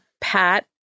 Pat